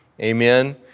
amen